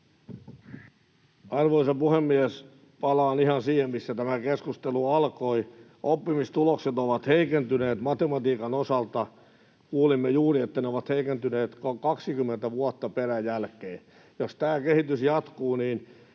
Arvoisa puhemies! Palaan ihan siihen, mistä tämä keskustelu alkoi. Oppimistulokset ovat heikentyneet matematiikan osalta. Kuulimme juuri, että ne ovat heikentyneet kaksikymmentä vuotta peräjälkeen. Jos tämä kehitys jatkuu —